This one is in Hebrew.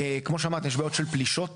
כמו שאמרתי, יש בעיות של פלישות